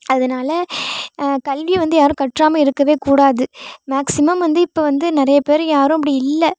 அதனால கல்வியை வந்து யாரும் கற்காம இருக்கவே கூடாது மேக்ஸிமம் வந்து இப்போ வந்து நிறைய பேர் யாரும் அப்படி இல்லை